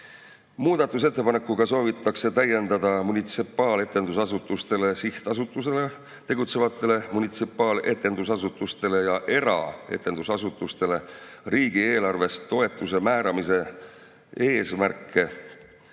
Muudatusettepanekuga soovitakse täiendada munitsipaaletendusasutustele, sihtasutusena tegutsevatele munitsipaaletendusasutustele ja eraetendusasutustele riigieelarvest toetuse määramise eesmärke,